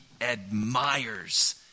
admires